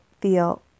feel